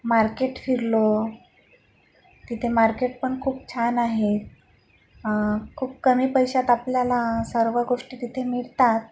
market फिरलो तिथे market पण खूप छान आहे खूप कमी पैशात आपल्याला सर्व गोष्टी तिथे मिळतात